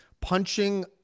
punching